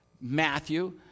Matthew